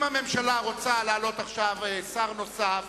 אם הממשלה רוצה להעלות עכשיו שר נוסף